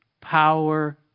power